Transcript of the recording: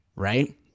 right